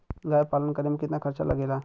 गाय पालन करे में कितना खर्चा लगेला?